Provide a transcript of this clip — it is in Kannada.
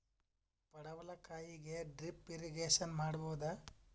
ಪಡವಲಕಾಯಿಗೆ ಡ್ರಿಪ್ ಇರಿಗೇಶನ್ ಮಾಡಬೋದ?